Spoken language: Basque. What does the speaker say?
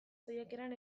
saiakeran